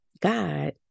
God